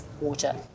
water